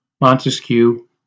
Montesquieu